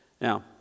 Now